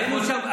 היינו שם.